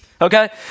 okay